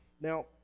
Now